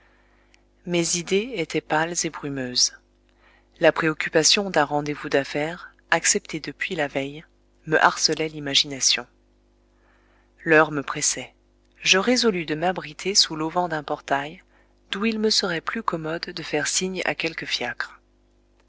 mes idées étaient pâles et brumeuses la préoccupation d'un rendez-vous d'affaires accepté depuis la veille me harcelait l'imagination l'heure me pressait je résolus de m'abriter sous l'auvent d'un portail d'où il me serait plus commode de faire signe à quelque fiacre